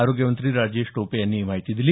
आरोग्य मंत्री राजेश टोपे यांनी ही माहिती दिली